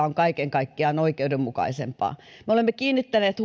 on kaiken kaikkiaan oikeudenmukaisempaa kun veroista puhutaan me olemme kiinnittäneet